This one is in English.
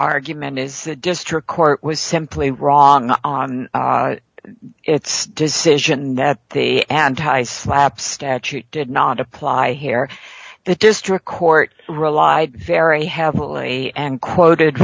argument is the district court was simply wrong on its decision that the anti slapp statute did not apply here the district court relied very heavily and quoted